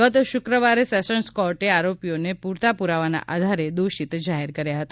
ગત શુક્રવારે સેશન્સ કોર્ટે આરોપીઓને પુરતા પુરાવાના આધારે દોષિત જાહેર કર્યા હતા